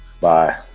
Bye